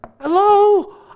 Hello